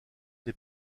des